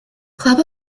club